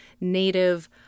native